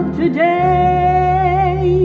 today